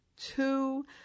two